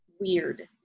weird